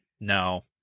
no